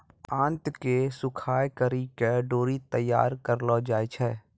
आंत के सुखाय करि के डोरी तैयार करलो जाय छै